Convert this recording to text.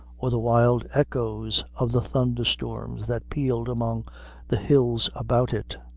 or the wild echoes of the thunder storms that pealed among the hills about it.